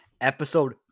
episode